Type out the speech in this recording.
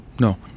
No